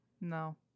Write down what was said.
no